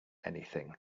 anything